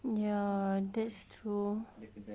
ya that's true